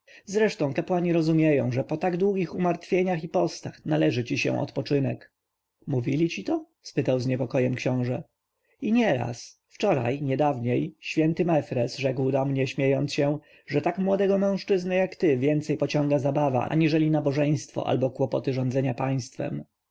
zresztą kapłani rozumieją że po tak długich umartwieniach i postach należy ci się odpoczynek mówili ci co spytał z niepokojem książę i nieraz wczoraj nie dawniej święty mefres rzekł do mnie śmiejąc się że tak młodego mężczyznę jak ty więcej pociąga zabawa aniżeli nabożeństwo albo kłopoty rządzenia państwem